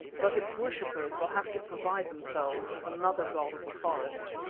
but its worshippers will have to provide themselves with another god of the forest,